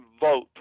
vote